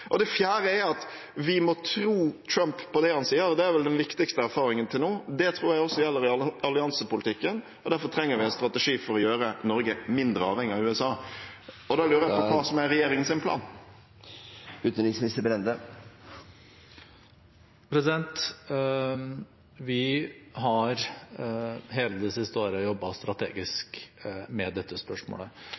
Det fjerde er at vi må tro Trump på det han sier, og det er vel den viktigste erfaringen til nå. Det tror jeg også gjelder i alliansepolitikken, og derfor trenger vi en strategi for å gjøre Norge mindre avhengig av USA. Da lurer jeg på hva som er regjeringens plan. Vi har hele det siste året jobbet strategisk med dette spørsmålet.